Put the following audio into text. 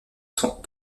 sont